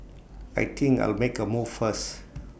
I think I'll make A move first